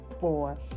four